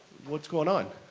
what's going on?